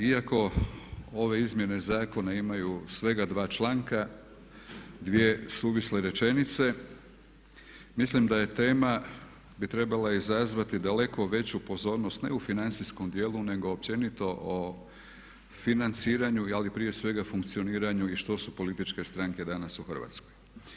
Iako ove izmjene zakona imaju svega dva članka, dvije suvisle rečenice, mislim da je tema bi trebala izazvati daleko veću pozornost ne u financijskom dijelu nego općenito o financiranju, ali prije svega funkcioniranju i što su političke stranke danas u Hrvatskoj.